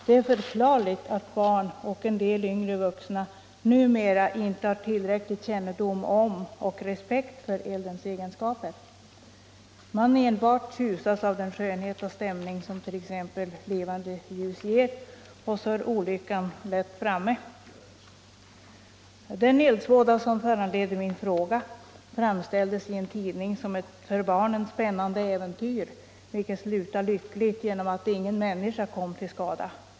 Det är förklarligt att barn och en del yngre vuxna numera inte har tillräcklig kännedom om och respekt för eldens egenskaper. Man enbart tjusas av den skönhet och spänning som t.ex. levande ljus ger, och så är olyckan lätt framme. Den eldsvåda som föranledde min fråga framställdes i en tidning som ett för barnen spännande äventyr, vilket slutade lyckligt genom att ingen människa kom till skada.